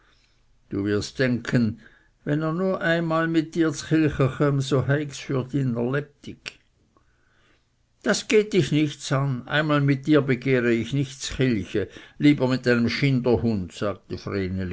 du wirst denken wenn er nur einmal mit dir zkilche chömm so heygs de für dyr lebtig das geht dich nichts an einmal mit dir begehre ich nicht zkilche lieber mit einem schinderhund sagte